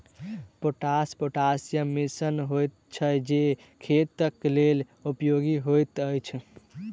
potash पोटासियमक मिश्रण होइत छै जे खेतक लेल उपयोगी होइत अछि